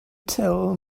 tell